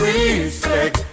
Respect